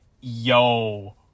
yo